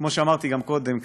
כמו שאמרתי גם קודם,